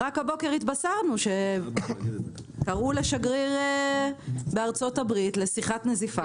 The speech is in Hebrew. רק הבוקר התבשרנו שקראו לשגריר ישראל בארצות הברית לשיחת נזיפה.